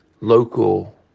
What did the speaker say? local